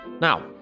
Now